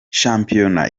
shampiyona